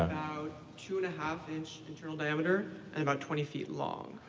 about two and a half inch internal diameter and about twenty feet long.